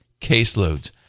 caseloads